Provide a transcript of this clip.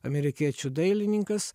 amerikiečių dailininkas